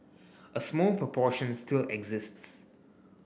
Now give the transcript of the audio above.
a small proportion still exists